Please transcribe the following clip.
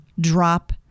drop